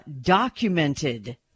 documented